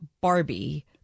Barbie